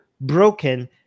broken